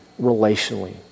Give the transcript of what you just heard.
relationally